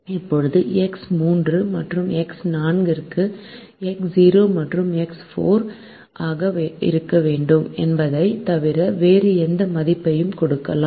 இப்போது எக்ஸ் 3 மற்றும் எக்ஸ் 4 க்கு எக்ஸ் 0 மற்றும் எக்ஸ் 4 ≥ 0 ஆக இருக்க வேண்டும் என்பதைத் தவிர வேறு எந்த மதிப்பையும் கொடுக்கலாம்